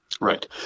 Right